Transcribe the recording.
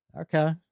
Okay